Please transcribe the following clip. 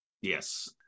Yes